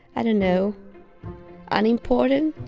i don't know unimportant.